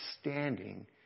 standing